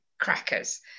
crackers